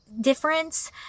difference